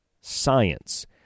science